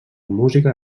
música